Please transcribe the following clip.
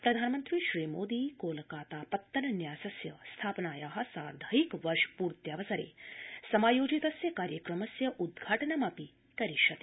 प्रधानमन्त्री श्रीमोदी कोलकाता पत्तन न्यासस्य स्थापनाया साधैंक वर्षपूर्त्यवसरे समायोजितस्य कार्यक्रमस्य उद्घाटनमपि करिष्यति